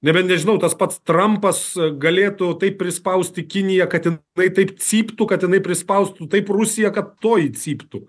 nebent nežinau tas pats trampas galėtų taip prispausti kiniją kad jinai taip cyptų kad jinai prispaustų taip rusiją kad toji cyptų